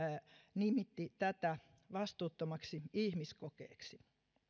nimitti tätä vastuuttomaksi ihmiskokeeksi